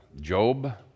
Job